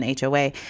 HOA